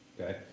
Okay